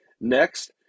Next